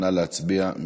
נא להצביע.